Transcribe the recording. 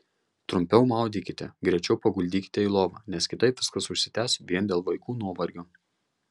trumpiau maudykite greičiau paguldykite į lovą nes kitaip viskas užsitęs vien dėl vaikų nuovargio